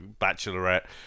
Bachelorette